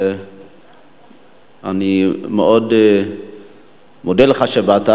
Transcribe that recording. ואני מאוד מודה לך שבאת.